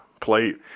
plate